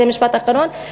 זה משפט אחרון,